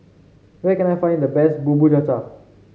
where can I find the best Bubur Cha Cha